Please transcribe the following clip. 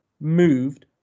moved